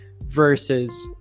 Versus